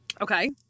Okay